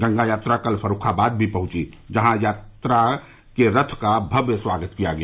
गंगा यात्रा कल फर्रुखाबाद भी पहुंची जहां यात्रा के रथ का भव्य स्वागत किया गया